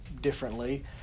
differently